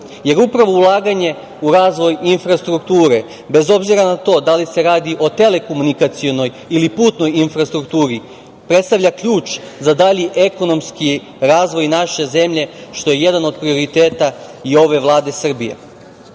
Jer upravo ulaganje u razvoj infrastrukture, bez obzira na to da li se radi o telekomunikacionoj ili putnoj infrastrukturi, predstavlja ključ za dalji ekonomski razvoj naše zemlje, što je jedan od prioriteta i ove Vlade Srbije. Ali